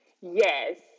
Yes